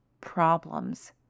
problems